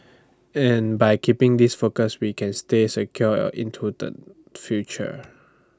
and by keeping this focus we can stay secure into the future